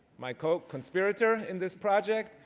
my co-conspirator in this project,